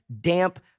damp